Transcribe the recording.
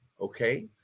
okay